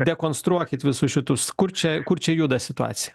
rekonstruokit visus šitus kur čia kur čia juda situacija